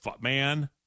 man